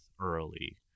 early